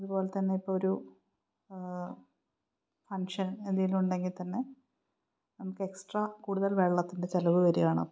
അതുപോലെ തന്നെ ഇപ്പോളൊരു ഫംഗ്ഷൻ എന്തെങ്കിലുമുണ്ടെങ്കില് തന്നെ നമുക്ക് എക്സ്ട്രാ കൂടുതൽ വെള്ളത്തിൻ്റെ ചെലവ് വരികയാണപ്പോള്